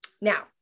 Now